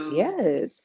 yes